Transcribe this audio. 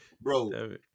Bro